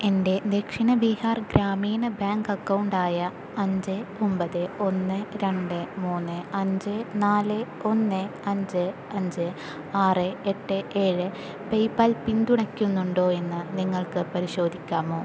എൻ്റെ Dakshin Bihar Gramin bank account ആയ അഞ്ച് ഒൻപത് ഒന്ന് രണ്ട് മൂന്ന് അഞ്ച് നാല് ഒന്ന് അഞ്ച് അഞ്ച് ആറ് എട്ട് ഏഴ് പേയ്പാൽ പിന്തുണയ്ക്കുന്നുണ്ടോ എന്ന് നിങ്ങൾക്ക് പരിശോധിക്കാമോ